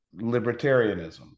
libertarianism